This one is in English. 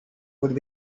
would